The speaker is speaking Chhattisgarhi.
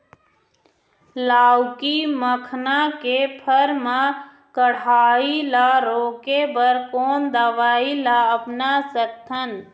लाउकी मखना के फर मा कढ़ाई ला रोके बर कोन दवई ला अपना सकथन?